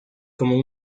como